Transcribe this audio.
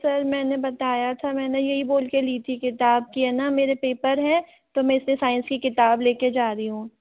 sir मैंने बताया था मैंने यही बोल कर ली थी किताब की है न मेरे पेपर है तो मैं इससे साइंस की किताब लेकर जा रही हूँ